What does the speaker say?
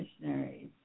missionaries